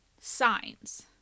signs